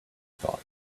thought